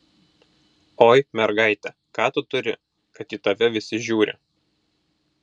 oi mergaite ką tu turi kad į tave visi žiūri